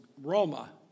Roma